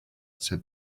said